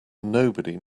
nobody